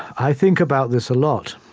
i think about this a lot.